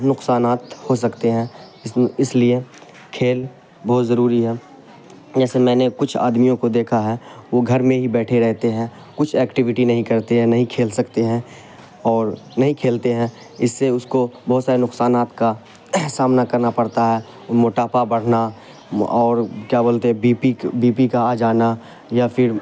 نقصانات ہو سکتے ہیں اس لیے کھیل بہت ضروری ہے جیسے میں نے کچھ آدمیوں کو دیکھا ہے وہ گھر میں ہی بیٹھے رہتے ہیں کچھ ایکٹیویٹی نہیں کرتے ہیں نہیں کھیل سکتے ہیں اور نہیں کھیلتے ہیں اس سے اس کو بہت سارے نقصانات کا سامنا کرنا پڑتا ہے مٹاپا بڑھنا اور کیا بولتے ہیں بی پی بی پی کا آ جانا یا پھر